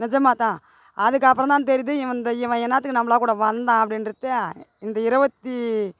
நெஜமாகதான் அதுக்கப்புறந்தான் தெரியுது இவன் இந்த இவன் என்னத்துக்கு நம்பக்கூட வந்தான் அப்படின்றது இந்த இருபத்தி